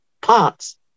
parts